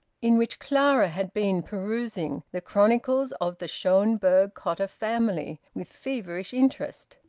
in which clara had been perusing the chronicles of the schonberg-cotta family with feverish interest.